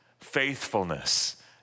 faithfulness